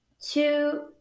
two